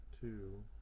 two